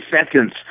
seconds